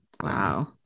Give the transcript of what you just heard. wow